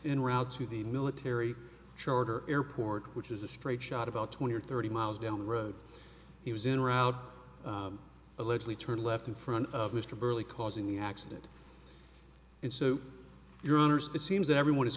in route to the military charter airport which is a straight shot about twenty or thirty miles down the road he was in route allegedly turn left in front of mr burley causing the accident and so your honors it seems everyone is